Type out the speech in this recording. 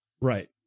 Right